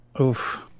Oof